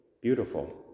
Beautiful